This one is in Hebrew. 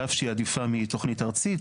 על אף שהיא עדיפה מתוכנית ארצית,